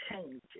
Changes